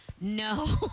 No